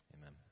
amen